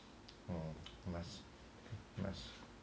oh nice nice